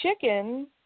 chicken